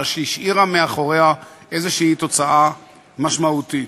אלא השאירה אחריה איזושהי תוצאה משמעותית.